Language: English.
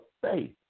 faith